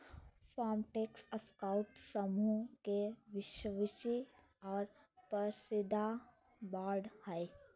Farmtrac Escorts समूह के विश्वासी और पसंदीदा ब्रांड हइ